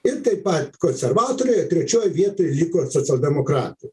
ir taip pat konservatoriai o trečioj vietoj liko socialdemokratai